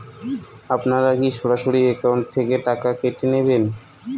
আপনারা কী সরাসরি একাউন্ট থেকে টাকা কেটে নেবেন?